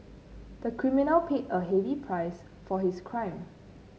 the criminal paid a heavy price for his crime